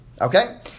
okay